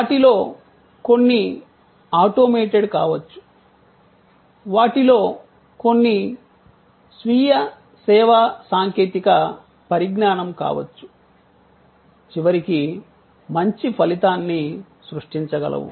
వాటిలో కొన్ని ఆటోమేటెడ్ కావచ్చు వాటిలో కొన్ని స్వీయ సేవా సాంకేతిక పరిజ్ఞానం కావచ్చు చివరికి మంచి ఫలితాన్ని సృష్టించగలవు